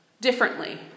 differently